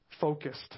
focused